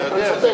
אתה יודע,